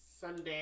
Sunday